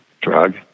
drug